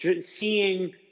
seeing